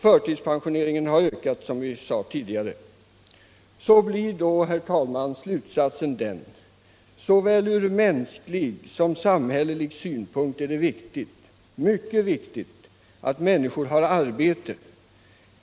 Förtidspensioneringen har också, som tidigare framhållits i debatten, ökat. Slutsatsen blir att det såväl ur mänsklig som ur samhällelig synpunkt är mycket viktigt att människor har arbete.